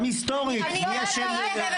גם היסטורית, מי אשם בזה?